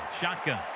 shotgun